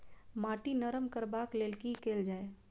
माटि नरम करबाक लेल की केल जाय?